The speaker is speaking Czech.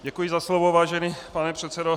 Děkuji za slovo, vážený pane předsedo.